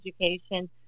Education